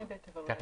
לא.